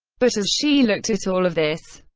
but as she looked at all of this,